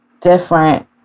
different